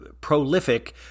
prolific